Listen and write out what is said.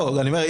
אני אומר,